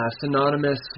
Synonymous